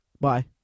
Bye